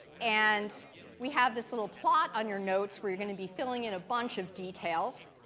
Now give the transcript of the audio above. and we have this little plot on your notes, where you're going to be filling in a bunch of details.